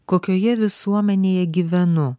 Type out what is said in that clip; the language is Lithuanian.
kokioje visuomenėje gyvenu